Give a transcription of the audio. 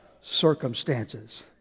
circumstances